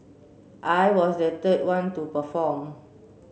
I was the third one to perform